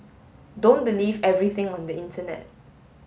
don't believe everything on the internet